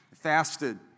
fasted